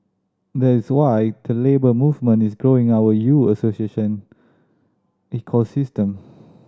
that is why the Labour Movement is growing our U Association ecosystem